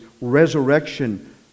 resurrection